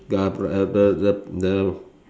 uh uh uh the the